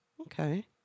Okay